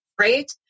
right